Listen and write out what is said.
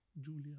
Julia